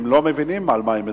הם לא מבינים על מה הם מדברים.